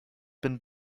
been